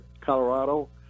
Colorado